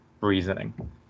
reasoning